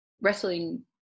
wrestling